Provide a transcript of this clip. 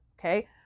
Okay